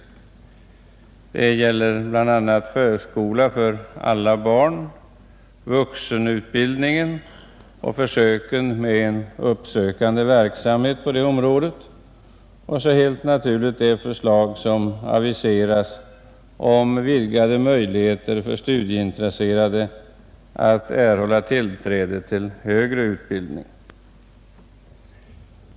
Det gäller bl.a. förskola för alla barn, vuxenutbildningen och försök med en uppsökande verksamhet på det området samt naturligtvis det förslag som aviserats om vidgade möjligheter för studieintresserade att få tillträde till högre utbildning.